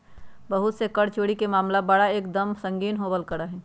बहुत से कर चोरी के मामला बड़ा एक दम संगीन होवल करा हई